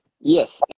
Yes